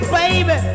baby